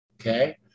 Okay